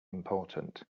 important